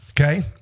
okay